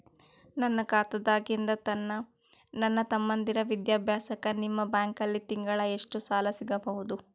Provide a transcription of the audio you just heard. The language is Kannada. ನನ್ನ ಖಾತಾದಾಗಿಂದ ನನ್ನ ತಮ್ಮಂದಿರ ವಿದ್ಯಾಭ್ಯಾಸಕ್ಕ ನಿಮ್ಮ ಬ್ಯಾಂಕಲ್ಲಿ ತಿಂಗಳ ಎಷ್ಟು ಸಾಲ ಸಿಗಬಹುದು?